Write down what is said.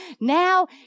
Now